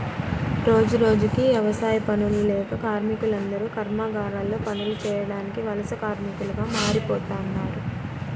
రోజురోజుకీ యవసాయ పనులు లేక కార్మికులందరూ కర్మాగారాల్లో పనులు చేయడానికి వలస కార్మికులుగా మారిపోతన్నారు